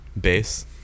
bass